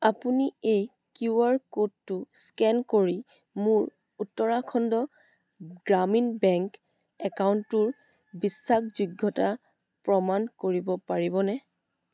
আপুনি এই Q R ক'ডটো স্কেন কৰি মোৰ উত্তৰাখণ্ড গ্ৰামীণ বেংক একাউণ্টটোৰ বিশ্বাসযোগ্যতা প্ৰমাণ কৰিব পাৰিবনে